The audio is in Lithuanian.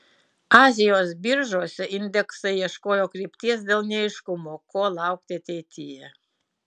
azijos biržose indeksai ieškojo krypties dėl neaiškumo ko laukti ateityje